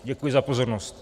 Děkuji za pozornost.